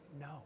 no